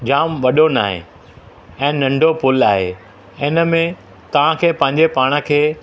जाम वॾो न आहे ऐं नंढो पूल आहे ऐं हिन में तव्हांखे पंहिंजे पाण खे